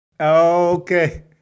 Okay